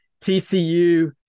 TCU